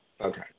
Okay